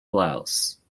blouse